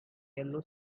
yellow